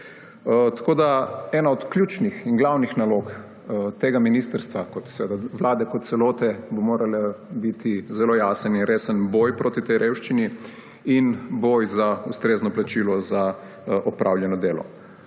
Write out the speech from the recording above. same. Ena od ključnih in glavnih nalog tega ministrstva ter seveda vlade kot celote bo moral biti zelo jasen in resen boj proti tej revščini in boj za ustrezno plačilo za opravljeno delo.